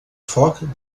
foc